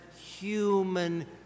human